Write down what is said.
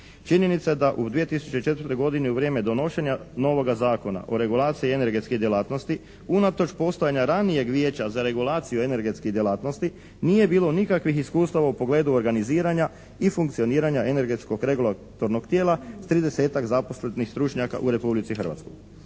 Činjenica je da u 2004. godini u vrijeme donošenja novoga Zakona o regulaciji energetskih djelatnosti unatoč postojanja ranijeg Vijeća za regulaciju energetskih djelatnosti nije bilo nikakvih iskustava u pogledu organiziranja i funkcioniranja energetskog regulatornog tijela s tridesetak zaposlenih stručnjaka u Republici Hrvatskoj.